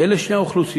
שאלה שתי האוכלוסיות